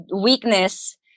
weakness